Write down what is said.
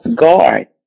guard